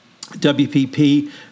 WPP